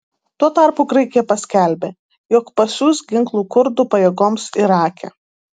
tuo tarpu graikija paskelbė jog pasiųs ginklų kurdų pajėgoms irake